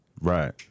Right